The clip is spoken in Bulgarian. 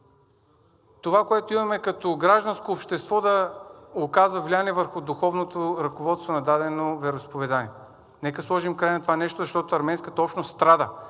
това, което имаме като гражданско общество, да оказва влияние върху духовното ръководство на дадено вероизповедание. Нека сложим край на това нещо, защото арменската общност страда.